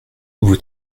vous